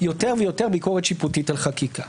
יותר ויותר ביקורת שיפוטית על חקיקה.